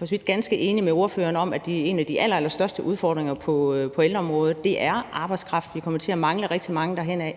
vidt ganske enig med ordføreren i, at en af de allerallerstørste udfordringer på ældreområdet er arbejdskraft; vi kommer til at mangle rigtig mange hen ad